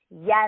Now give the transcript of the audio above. Yes